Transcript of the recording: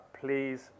please